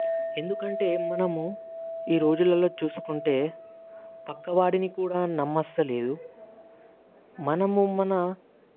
ఎందుకంటే మనము ఈ రోజులలో చూసుకుంటే ప్రక్కవాడిని కూడా నమ్మస్తలేదు మనము మన